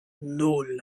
nul